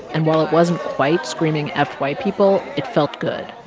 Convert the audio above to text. and while it wasn't quite screaming f white people, it felt good.